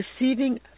receiving